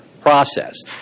process